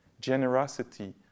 generosity